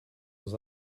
aux